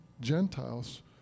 Gentiles